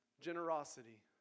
Generosity